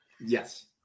Yes